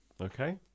Okay